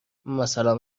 مثلا